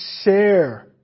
share